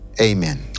amen